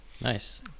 nice